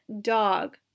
dog